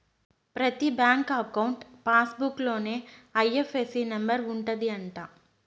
ప్రతి bank account passbook లోనే IFSC number ఉంటది అంట